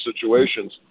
situations